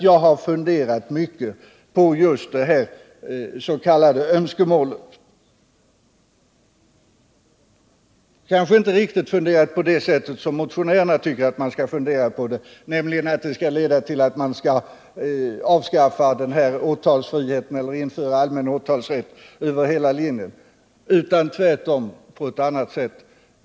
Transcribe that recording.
Jag har funderat mycket på just det här s.k. önskemålet, kanske inte riktigt på det sätt som motionärerna anser att man skall, nämligen att det skall leda till att man avskaffar åtalsfriheten eller inför allmän åtalsrätt över hela linjen, utan tvärtom på ett annat sätt.